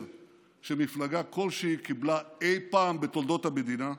שמפלגה כלשהי קיבלה אי-פעם בתולדות המדינה,